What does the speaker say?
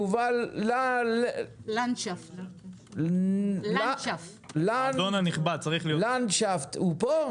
יובל לנדשפט הוא פה?